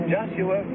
Joshua